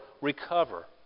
recover